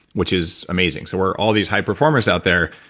which is amazing. so we're all these high performers out there,